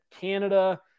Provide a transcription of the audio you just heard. Canada